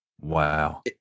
Wow